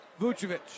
Vucevic